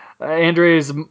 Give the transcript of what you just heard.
Andres